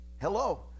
hello